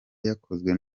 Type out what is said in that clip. yakozwe